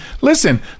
Listen